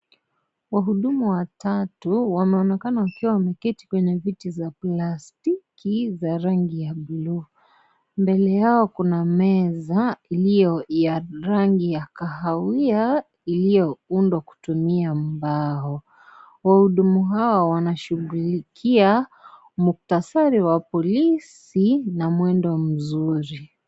Wahudumu watatu wameonekana wakiwawameketi kwenye viti za plastiki za rangi za buluu, mbele yao kuna mezaa ilio ya rangi ya kahawia ilioyo undwa kutumia mbao, wahudumu hao wanashughulikia mukhtasari wa polisi na mwendo mzuri.